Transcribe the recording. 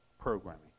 programming